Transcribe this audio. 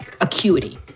acuity